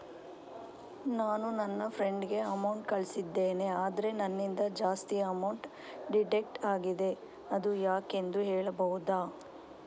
ನಾನು ನನ್ನ ಫ್ರೆಂಡ್ ಗೆ ಅಮೌಂಟ್ ಕಳ್ಸಿದ್ದೇನೆ ಆದ್ರೆ ನನ್ನಿಂದ ಜಾಸ್ತಿ ಅಮೌಂಟ್ ಡಿಡಕ್ಟ್ ಆಗಿದೆ ಅದು ಯಾಕೆಂದು ಹೇಳ್ಬಹುದಾ?